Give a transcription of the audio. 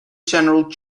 general